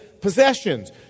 possessions